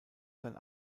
sein